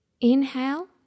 Inhale